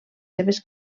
seves